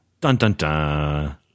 Dun-dun-dun